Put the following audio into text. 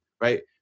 Right